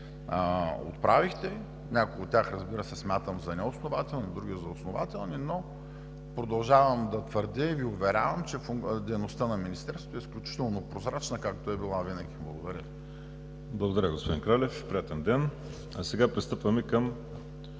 отправихте. Някои от тях, разбира се, смятам за неоснователни, други за основателни, но продължавам да твърдя и Ви уверявам, че дейността на Министерството е изключително прозрачна, както е била винаги. Благодаря. ПРЕДСЕДАТЕЛ ВАЛЕРИ СИМЕОНОВ: Благодаря, господин Кралев. Приятен ден! Сега пристъпваме към